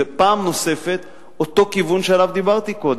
זה, פעם נוספת, אותו כיוון שעליו דיברתי קודם.